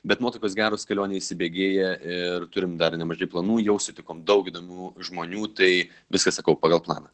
bet nuotaikos geros kelionė įsibėgėja ir turim dar nemažai planų jau sutikom daug įdomių žmonių tai viskas sakau pagal planą